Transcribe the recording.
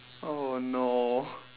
oh no